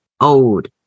old